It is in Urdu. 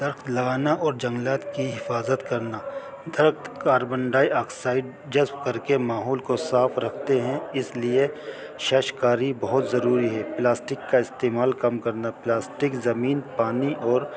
درخت لگانا اور جنگلات کی حفاظت کرنا درخت کاربن ڈائی آکسائڈ جذب کر کے ماحول کو صاف رکھتے ہیں اس لیے ششکاری بہت ضروری ہے پلاسٹک کا استعمال کم کرنا پلاسٹک زمین پانی اور